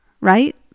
right